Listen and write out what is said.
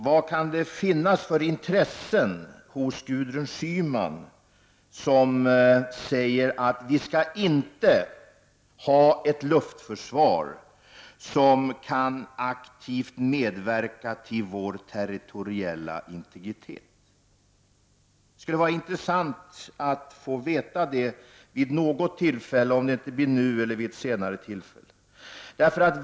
Vad kan det finnas för intressen hos Gudrun Schyman som säger att vi inte skall ha ett luftförsvar som aktivt kan medverka till vår territoriella integritet? Det skulle vara intressant att få veta det — nu eller vid ett senare tillfälle.